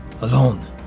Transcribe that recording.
alone